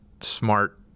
smart